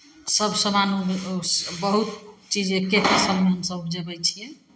सभ सामान ओहिमे बहुत स् बहुत चीज एक्के सङ्ग हमसभ उपजबै छियै